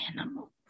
animal